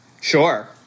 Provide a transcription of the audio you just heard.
Sure